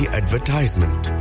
advertisement